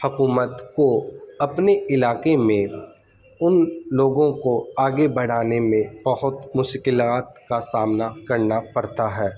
حکومت کو اپنے علاقے میں ان لوگوں کو آگے بڑھانے میں بہت مشکلات کا سامنا کرنا پڑتا ہے